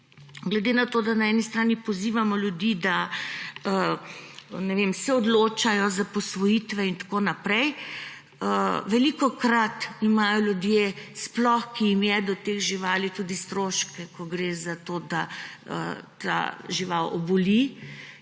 glede na to, da na eni strani pozivamo ljudi, da se odločajo za posvojitve in tako naprej. Velikokrat imajo ljudje, sploh tisti, ki jim je do teh živali, tudi stroške, ko gre za to, da ta žival oboli